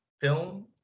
film